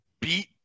beat